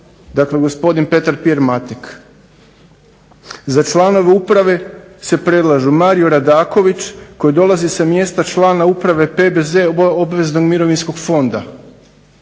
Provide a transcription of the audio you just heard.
dakle gospodin Petar Pir Matek. Za članove uprave se predlažu Mario Radaković koji dolazi sa mjesta člana uprave PBZ obveznog mirovinskog fonda,